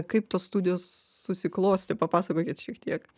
kaip tos studijos susiklostė papasakokit šiek tiek